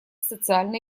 социально